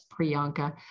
Priyanka